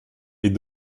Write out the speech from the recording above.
est